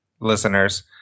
listeners